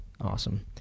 Awesome